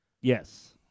Yes